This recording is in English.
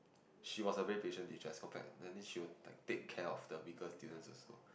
she was a very patience teacher compared that then she will take take care of the weaker student also